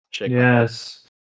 Yes